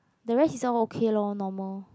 the rest is all okay lor normal